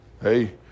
Hey